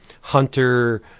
hunter